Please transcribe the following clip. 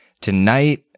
tonight